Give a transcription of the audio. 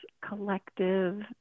collective